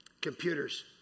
Computers